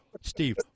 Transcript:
Steve